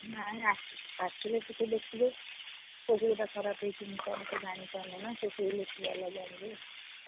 ନାଇ ଆସି ଆସିଲେ ଟିକେ ଦେଖିବେ କେଉଁଠି ଗୋଟେ ଖରାପ ହେଇଛି ମୁଁ ଜାଣି ପାରୁନି ନା ସେ ଇଲେକ୍ଟ୍ରିକ୍ବାଲା ଜାଣିବେ